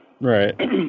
Right